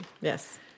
Yes